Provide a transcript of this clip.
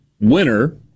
winner